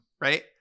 right